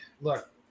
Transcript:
look